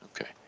Okay